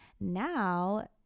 now